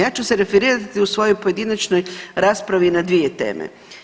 Ja ću se referirati u svojoj pojedinačnoj raspravi na dvije teme.